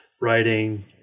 writing